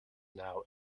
now